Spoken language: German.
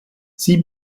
sie